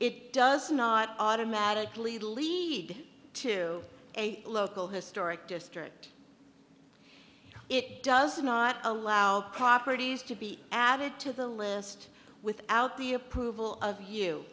it does not automatically lead to a local historic district it does not allow properties to be added to the list without the approval